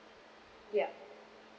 yup